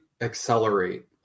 accelerate